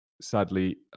sadly